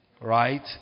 right